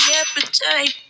appetite